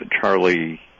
Charlie